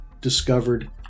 discovered